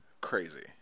crazy